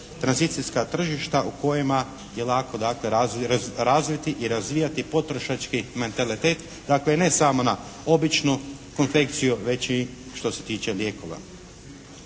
tranzicijska tržišta u kojima je lako dakle razviti i razvijati potrošački mentalitet, dakle ne samo na običnu konfekciju već i što se tiče lijekova.